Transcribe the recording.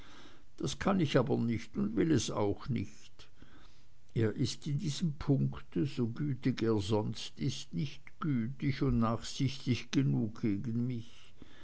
das kann ich aber nicht und will es auch nicht er ist in diesem punkt so gütig er sonst ist nicht gütig und nachsichtig genug gegen mich